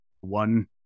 One